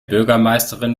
bürgermeisterin